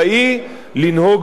לנהוג בריסון,